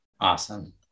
Awesome